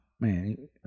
Man